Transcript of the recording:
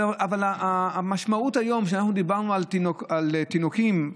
דיברנו על תינוקים,